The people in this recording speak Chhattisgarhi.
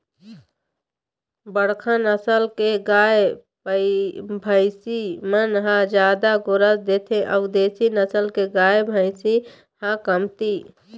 बड़का नसल के गाय, भइसी मन ह जादा गोरस देथे अउ देसी नसल के गाय, भइसी ह कमती